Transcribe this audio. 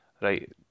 Right